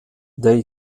dei